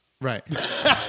right